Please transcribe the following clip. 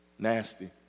Nasty